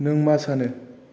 नों मा सानो